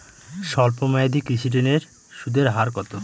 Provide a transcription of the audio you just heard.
স্বল্প মেয়াদী কৃষি ঋণের সুদের হার কত?